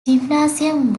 gymnasium